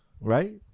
Right